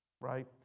Right